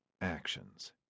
actions